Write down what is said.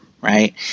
right